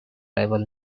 rival